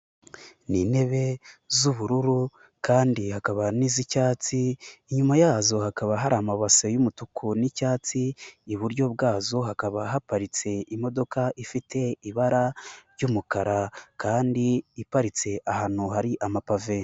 Ni ntebe z'ubururu kandi hakaba n'iz'icyatsi inyuma yazo hakaba hari amabase y'umutuku n'icyatsi, iburyo bwazo hakaba haparitse imodoka ifite ibara ry'umukara kandi iparitse ahantu hari amapave.